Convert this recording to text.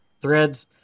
threads